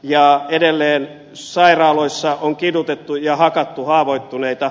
ja edelleen sairaaloissa on kidutettu ja hakattu haavoittuneita